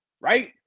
right